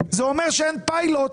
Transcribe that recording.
זה אומר שאין פיילוט.